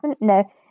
no